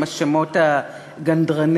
עם השמות הגנדרניים,